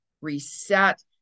reset